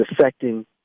affecting